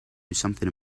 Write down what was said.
something